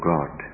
God